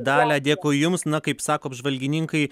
dalia dėkui jums na kaip sako apžvalgininkai